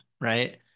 right